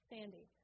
Sandy